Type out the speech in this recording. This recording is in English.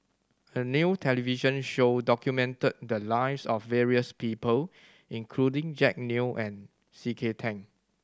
a new television show documented the lives of various people including Jack Neo and C K Tang